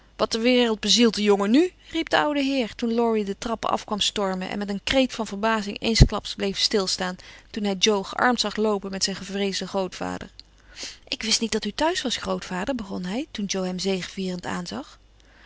wat ter wereld bezielt den jongen nu riep de oude heer toen laurie de trappen afkwam stormen en met een kreet van verbazing eensklaps bleef stilstaan toen hij jo gearmd zag loopen met zijn gevreesden grootvader ik wist niet dat u thuis was grootvader begon hij toen jo hem zegevierend